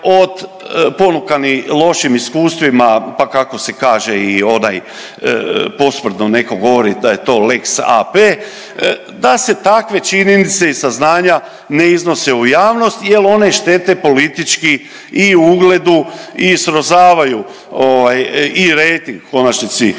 od ponukani lošim iskustvima pa kako se kaže i onaj posprdno netko govori da je to lex AP, da se takve činjenice i saznanja ne iznose u javnost jer one štete politički i ugledu i srozavaju i rejting u konačnici